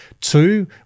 Two